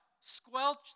Squelch